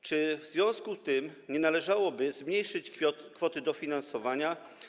Czy w związku z tym nie należałoby zmniejszyć kwoty dofinansowania?